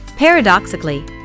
Paradoxically